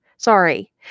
sorry